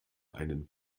einen